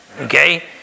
okay